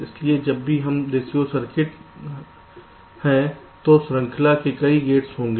इसलिए जब भी हम पर रेशियो सर्किट है तो श्रृंखला में कई गेट्स होंगे